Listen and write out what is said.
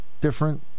different